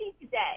today